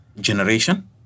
generation